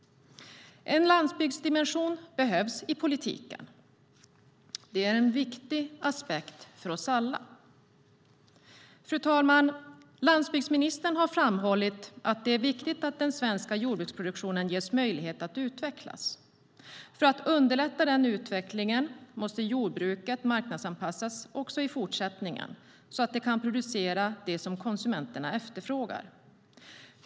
En landsbygdsdimension behövs i politiken. Det är en viktig aspekt för oss alla. Fru talman! Landsbygdsministern har framhållit att det är viktigt att den svenska jordbruksproduktionen ges möjlighet att utvecklas. För att underlätta den utvecklingen måste jordbruket marknadsanpassas också i fortsättningen, så att det kan producera det som konsumenterna efterfrågar.